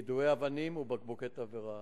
יידוי אבנים ובקבוקי תבערה.